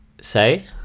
Say